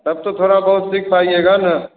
तब तो थोड़ा बहुत सीख पाइएगा न